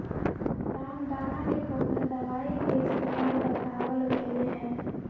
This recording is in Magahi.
रामदाना के पौधा दवाई के इस्तेमाल बतावल गैले है